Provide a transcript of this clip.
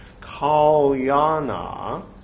Kalyana